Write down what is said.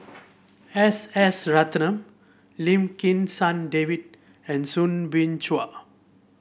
S S Ratnam Lim Kim San David and Soo Bin Chua